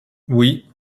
oui